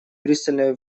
пристальное